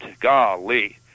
golly